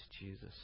Jesus